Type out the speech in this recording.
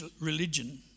religion